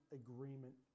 agreement